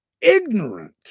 ignorant